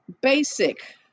Basic